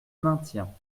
maintiens